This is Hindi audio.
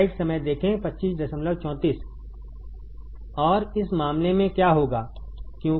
और इस मामले में क्या होगा